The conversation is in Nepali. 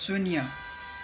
शून्य